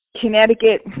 Connecticut